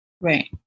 Right